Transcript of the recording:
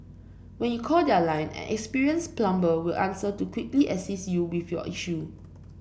when you call their line an experienced plumber will answer to quickly assist you with your issue